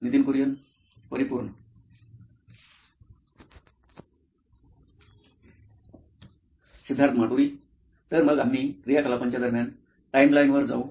Nitin Kurian COO nine electronics परिपूर्ण सिद्धार्थ माटुरी मुख्य कार्यकारी अधिकारी नॉइन इलेक्ट्रॉनिक्स तर मग आम्ही क्रियाकलापांच्या 'दरम्यान' टाइमलाइनवर जाऊ